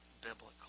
biblical